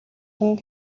хүн